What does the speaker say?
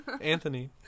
anthony